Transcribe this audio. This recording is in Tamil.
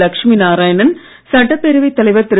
லக்ஷ்மி நாராயணன் சட்டப்பேரவைத் தலைவர் திரு